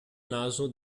naso